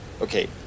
Okay